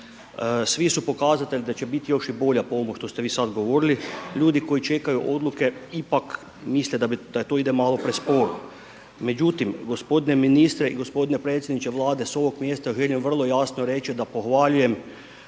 svi su pokazatelji da će biti još i bolje po ovomu što ste vi sad govorili. Ljudi koji čekaju odluke ipak misle da bi, da to ide malo presporo. Međutim, g. ministre i g. predsjedniče Vlade, s ovog mjesta želim vrlo jasno reći da pohvaljujem